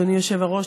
אדוני היושב-ראש,